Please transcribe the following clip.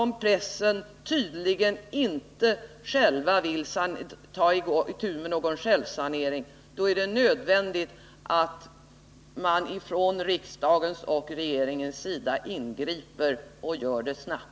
Om pressen inte vill ta itu med någon självsanering, är det nödvändigt att riksdagen och regeringen ingriper och gör det snabbt!